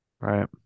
Right